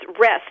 rest